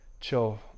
chill